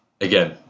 again